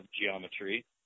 geometry